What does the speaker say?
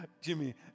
Jimmy